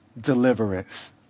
deliverance